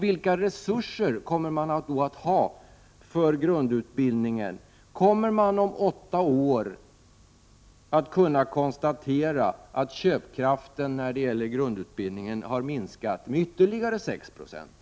Vilka resurser kommer man då att ha för grundutbildningen? Kommer man om åtta år att kunna konstatera att köpkraften när det gäller grundutbildningen har minskat med ytterligare 6 90?